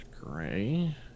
gray